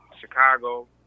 Chicago